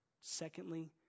secondly